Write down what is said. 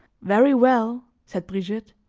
very well, said brigitte,